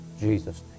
Jesus